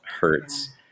hurts